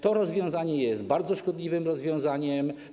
To rozwiązanie jest bardzo szkodliwym rozwiązaniem.